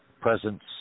presence